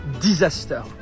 disaster